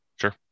Sure